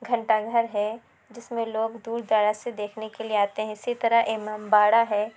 گھنٹہ گھر ہے جس میں لوگ دور دراز سے دیکھنے کے لیے آتے ہیں اسی طرح امام باڑہ ہے